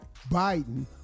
Biden